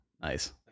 Nice